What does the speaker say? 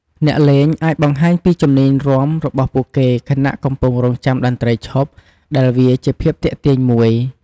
អ្នកលេងអាចបង្ហាញពីជំនាញរាំរបស់ពួកគេ ខណៈកំពុងរង់ចាំតន្ត្រីឈប់ ដែលវាជាភាពទាក់ទាញមួយ។